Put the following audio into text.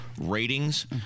ratings